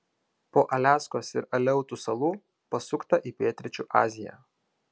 po aliaskos ir aleutų salų pasukta į pietryčių aziją